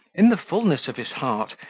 in the fulness of his heart,